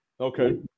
Okay